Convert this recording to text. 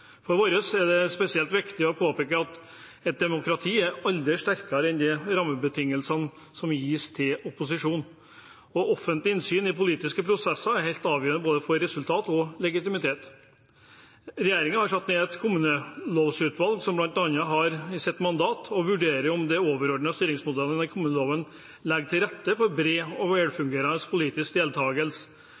For oss er det spesielt viktig å påpeke at et demokrati aldri er sterkere enn rammebetingelsene som gis til opposisjonen. Offentlig innsyn i politiske prosesser er helt avgjørende både for resultat og legitimitet. Regjeringen har satt ned et kommunelovutvalg som bl.a. har i sitt mandat å vurdere «om de overordnede styringsmodellene i kommuneloven legger til rette for bred og velfungerende politisk deltakelse